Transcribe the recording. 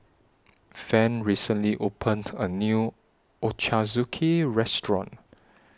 Van recently opened A New Ochazuke Restaurant